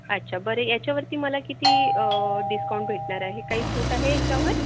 अच्छा बरं याच्यावरती मला किती डिस्काऊंट भेटणार आहे काही सूट आहे याच्यावर